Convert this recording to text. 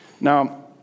Now